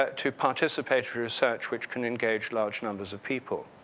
ah to participate through research which can engage large numbers of people.